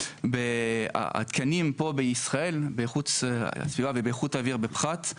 התקנים פה בישראל באיכות הסביבה ובאיכות האוויר בפחת,